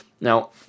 now